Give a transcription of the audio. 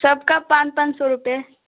सबका पाँच पाँच सौ रुपये